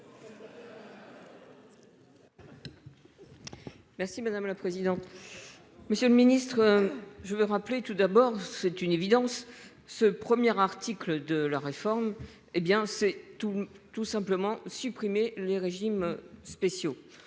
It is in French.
Merci madame la présidente. Monsieur le Ministre. Je veux rappeler tout d'abord, c'est une évidence. Ce premier article de la réforme, hé bien c'est tout tout simplement supprimer les régimes spéciaux.